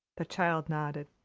the child nodded.